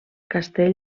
castell